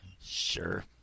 Sure